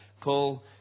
Paul